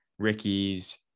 ricky's